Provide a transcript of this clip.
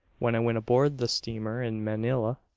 when i went aboard the steamer in manila,